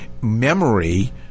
memory